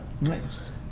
Nice